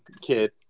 kid